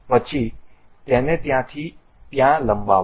પછી તેને ત્યાંથી ત્યાં લંબાવો